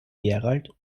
gerald